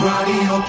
Radio